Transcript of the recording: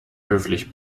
höflich